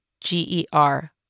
G-E-R